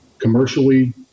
commercially